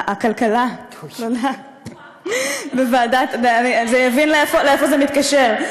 הכלכלה זה הבין לאיפה זה מתקשר.